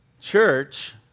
church